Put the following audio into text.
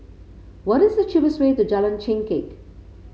what is the cheapest way to Jalan Chengkek